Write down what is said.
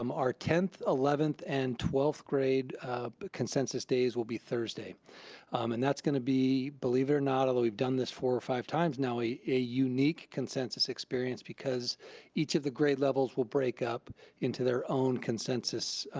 um our tenth, eleventh, and twelfth grade consensus days will be thursday and that's gonna be, believe it or not, although we've done this four or five times now, a a unique consensus experience because each of the grade levels will break up into their own consensus